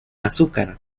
azúcar